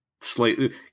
slightly